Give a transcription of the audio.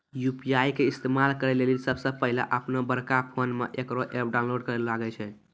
UPI के इस्तेमाल करै लेली सबसे पहिलै अपनोबड़का फोनमे इकरो ऐप डाउनलोड करैल लागै छै